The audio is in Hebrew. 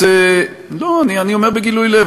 רוצה, לא, אני אומר בגילוי לב.